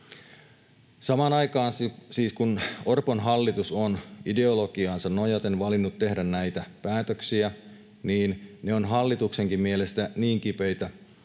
Samaan aikaan, kun Orpon hallitus siis on ideologiaansa nojaten valinnut tehdä näitä päätöksiä, ne ovat hallituksenkin mielestä niin kipeitä